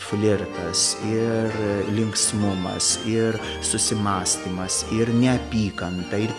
flirtas ir linksmumas ir susimąstymas ir neapykanta ir